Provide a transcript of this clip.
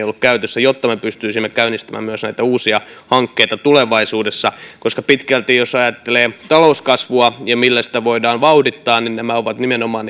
on ollut käytössä jotta me pystyisimme käynnistämään myös näitä uusia hankkeita tulevaisuudessa koska pitkälti jos ajattelee talouskasvua ja millä sitä voidaan vauhdittaa niin nämä ovat nimenomaan